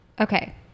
okay